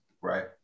Right